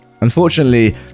unfortunately